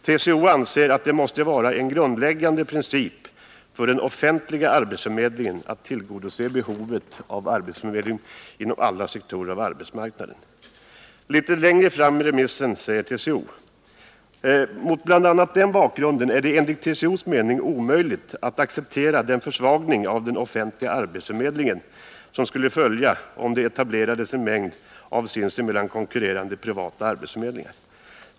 TCO anser att det måste vara en grundläggande princip för den offentliga arbetsförmedlingen att tillgodose behovet av arbetsförmedling inom alla sektorer av arbetsmarknaden.” ”Mot bl.a. den bakgrunden är det enligt TCO:s mening omöjligt att acceptera den försvagning av den offentliga arbetsförmedlingen som skulle följa om det etablerades en mängd av sinsemellan konkurrerande privata arbetsförmedlingar.